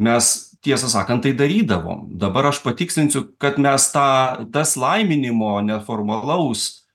mes tiesą sakant tai darydavom dabar aš patikslinsiu kad mes tą tas laiminimo neformalaus